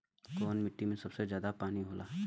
कौन मिट्टी मे सबसे ज्यादा पानी होला?